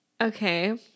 Okay